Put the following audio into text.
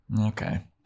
okay